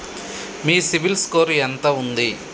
మీ CIBIL score ఎంత ఉంది?